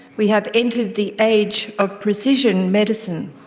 we have entered the age of precision medicine.